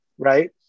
right